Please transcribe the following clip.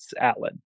Alan